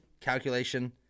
calculation